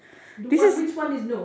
which one is no